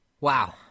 Wow